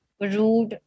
rude